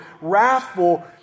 wrathful